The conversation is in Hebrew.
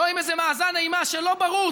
לא עם איזה מאזן אימה שלא ברור,